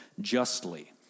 justly